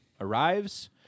arrives